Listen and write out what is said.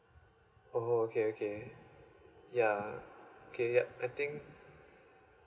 oh okay okay yeah okay yup I think